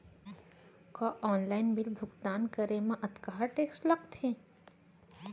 का online bill भुगतान करे मा अक्तहा टेक्स लगथे?